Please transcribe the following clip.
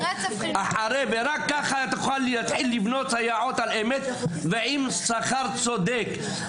כך נתחיל לבנות סייעות באמת ועם שכר צודק.